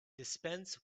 dispense